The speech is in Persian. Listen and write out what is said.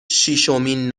شیشمین